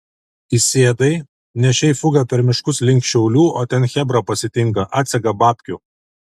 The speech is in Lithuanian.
įsėdai nešei fugą per miškus link šiaulių o ten chebra pasitinka atsega babkių